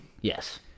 yes